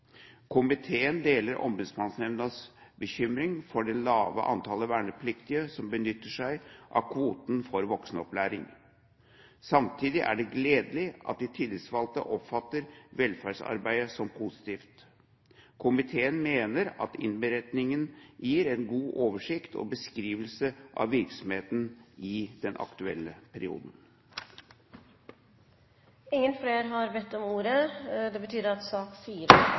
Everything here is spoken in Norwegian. Komiteen deler Ombudsmannsnemndas bekymring for det lave antallet vernepliktige som benytter seg av kvoten for voksenopplæring. Samtidig er det gledelig at de tillitsvalgte oppfatter velferdsarbeidet som positivt. Komiteen mener at innberetningen gir en god oversikt over og beskrivelse av virksomheten i den aktuelle perioden. Flere har ikke bedt om ordet